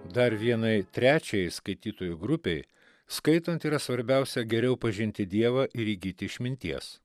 dar vienai trečiajai skaitytojų grupei skaitant yra svarbiausia geriau pažinti dievą ir įgyti išminties